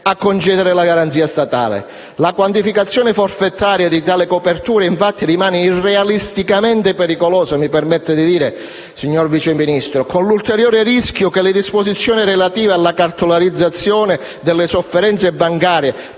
a concedere la garanzia statale. La quantificazione forfettaria di tali coperture, infatti, rimane irrealisticamente pericolosa - mi permetta di dire, signor Vice Ministro - con l'ulteriore rischio che le disposizioni relative alla cartolarizzazione delle sofferenze bancarie,